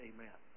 Amen